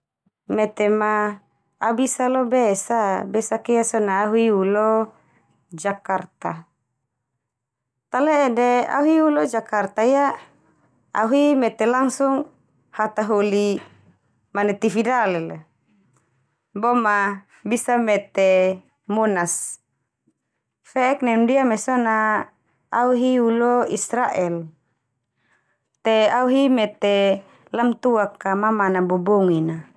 Mete ma au bisa lo be sa besakia so na au hi u lo Jakarta. Tale'e de au hi ulo Jakarta ia? Au hi mete langsung hataholi manai TV dale la. Boma bisa mete Monas. Fe'ek nem ndia so na au hi ulo Israel. Te au hi mete Lamtuak ka mamana bobongin na.